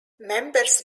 members